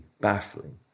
baffling